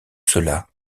cela